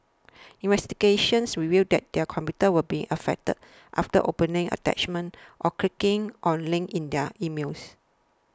investigations revealed that their computers were infected after opening attachments or clicking on links in their emails